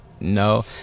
no